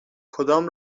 کدام